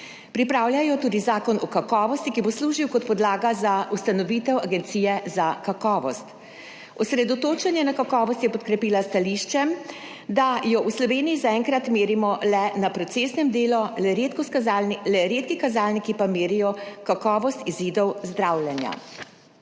pripravlja jo tudi zakon o kakovosti, ki bo služil kot podlaga za ustanovitev Agencije za kakovost. Osredotočenje na kakovost je podkrepila s stališčem, da jo v Sloveniji zaenkrat merimo le na procesnem delu, le redki kazalniki pa merijo kakovost izidov zdravljenja.